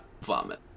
vomit